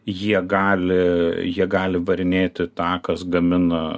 jie gali jie gali varinėti tą kas gamina